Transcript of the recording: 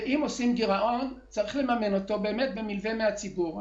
ואם עושים גירעון צריך לממן אותו במלווה מהציבור.